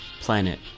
Planet